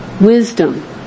wisdom